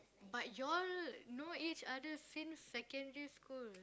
but you all know each other since secondary school